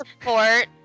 support